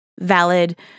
valid